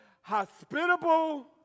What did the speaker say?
hospitable